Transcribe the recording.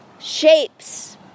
shapes